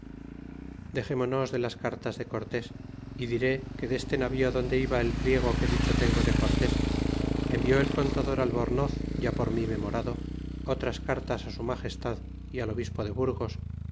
dexemonos de las cartas de cortés y diré que deste navío donde iba el pliego que dicho tengo de cortés envió el contador albornoz ya por mí memorado otras cartas su magestad y al obispo de burgos